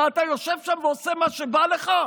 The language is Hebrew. מה, אתה יושב שם ועושה מה שבא לך?